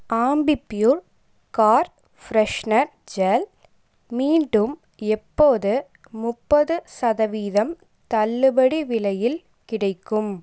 Ambi Pur car freshener gel மீண்டும் எப்போது முப்பது சதவீதம் தள்ளுபடி விலையில் கிடைக்கும்